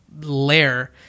layer